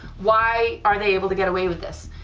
why are they able to get away with this,